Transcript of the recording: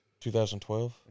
2012